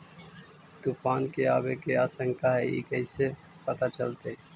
तुफान के आबे के आशंका है इस कैसे पता चलतै?